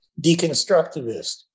deconstructivist